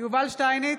יובל שטייניץ,